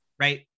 right